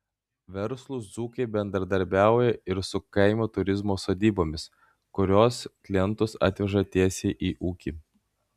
verslūs dzūkai bendradarbiauja ir su kaimo turizmo sodybomis kurios klientus atveža tiesiai į ūkį